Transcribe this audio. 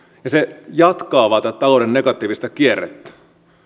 ja se jatkaa vain tätä talouden negatiivista kierrettä